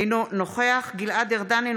אינו נוכח גלעד ארדן,